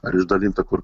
ar išdalinta kur